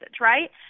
right